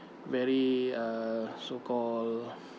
very uh so called